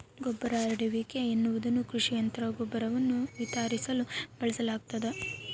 ಗೊಬ್ಬರ ಹರಡುವಿಕೆ ಎನ್ನುವುದು ಕೃಷಿ ಯಂತ್ರ ಗೊಬ್ಬರವನ್ನು ವಿತರಿಸಲು ಬಳಸಲಾಗ್ತದ